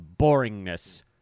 boringness